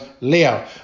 Leo